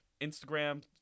Instagram